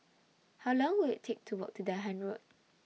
How Long Will IT Take to Walk to Dahan Road